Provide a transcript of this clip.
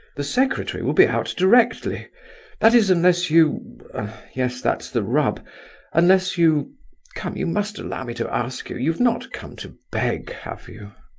the secretary will be out directly that is, unless you yes, that's the rub unless you come, you must allow me to ask you you've not come to beg, have you?